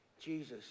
Jesus